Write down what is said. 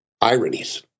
ironies